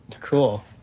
Cool